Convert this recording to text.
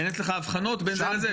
אין אצלך הבחנות בין זה לזה?